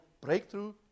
breakthrough